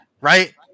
right